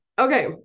Okay